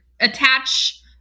attach